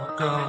go